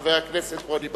לחבר הכנסת רוני בר-און.